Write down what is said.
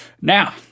now